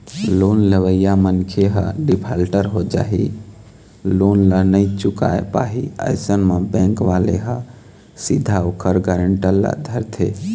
loan लेवइया मनखे ह डिफाल्टर हो जाही लोन ल नइ चुकाय पाही अइसन म बेंक वाले ह सीधा ओखर गारेंटर ल धरथे